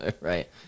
right